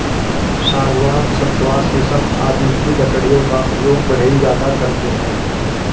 सागवान, सखुआ शीशम आदि की लकड़ियों का प्रयोग बढ़ई ज्यादा करते हैं